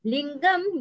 Lingam